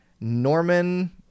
Norman